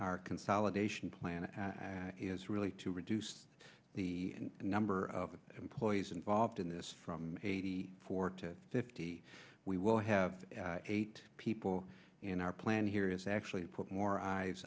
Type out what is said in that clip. consolidation plan is really to reduce the number of employees involved in this from eighty four to fifty we will have eight people and our plan here is actually put more eyes